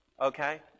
okay